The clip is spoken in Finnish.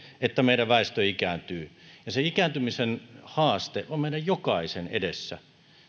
että meidän väestö ikääntyy se ikääntymisen haaste on meidän jokaisen edessä